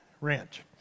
Ranch